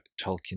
tolkien